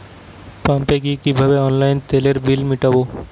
পাম্পে গিয়ে কিভাবে অনলাইনে তেলের বিল মিটাব?